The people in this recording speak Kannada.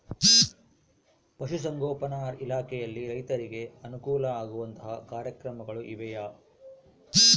ಪಶುಸಂಗೋಪನಾ ಇಲಾಖೆಯಲ್ಲಿ ರೈತರಿಗೆ ಅನುಕೂಲ ಆಗುವಂತಹ ಕಾರ್ಯಕ್ರಮಗಳು ಇವೆಯಾ?